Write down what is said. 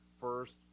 first